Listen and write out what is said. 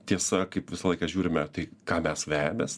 tiesa kaip visą laiką žiūrime tai ką mes vejamės